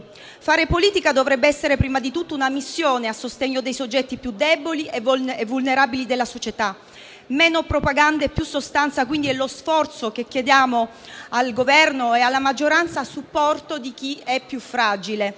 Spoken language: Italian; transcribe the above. Fare politica dovrebbe essere, prima di tutto, una missione a sostegno dei soggetti più deboli e vulnerabili della società. Meno propaganda e più sostanza, quindi, è lo sforzo che chiediamo al Governo e alla maggioranza a supporto di chi è più fragile.